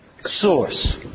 source